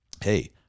hey